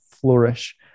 flourish